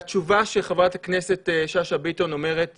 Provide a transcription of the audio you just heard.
אני יכול להגיד את התשובה שחברת הכנסת שאשא ביטון אמרה בשקט,